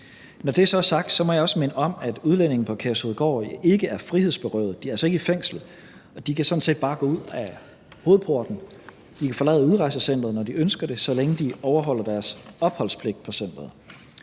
Når det så er sagt, må jeg også minde om, at udlændinge på Kærshovedgård ikke er frihedsberøvede; de er altså ikke i fængsel. De kan sådan set bare gå ud ad hovedporten. De kan forlade udrejsecenteret, når de ønsker det, så længe de overholder deres opholdspligt på centeret.